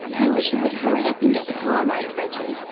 i wish you would hurry up and get the car right, reggie.